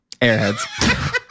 Airheads